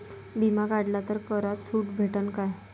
बिमा काढला तर करात सूट भेटन काय?